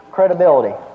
Credibility